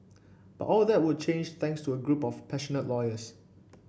but all that would change thanks to a group of passionate lawyers